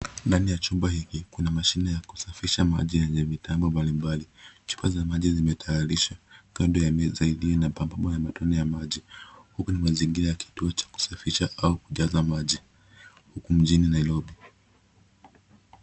Ndani ya chumba hiki kuna mashine yakusafisha maji yenye vitambo mbali mbali. Chupa za maji zime tayarishwa kando ya meza iliyo na pambano ya matone ya maji. Huu ni mazingira ya kituo cha kusafisha au kujaza maji huku mjini Nairobi.